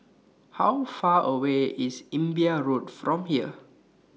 How Far away IS Imbiah Road from here